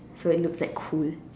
so it looks like cool